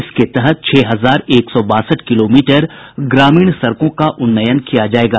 इसके तहत छह हजार एक सौ बासठ किलोमीटर ग्रामीण सड़कों का उन्नयन किया जायेगा